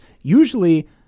Usually